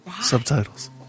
Subtitles